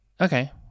Okay